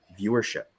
viewership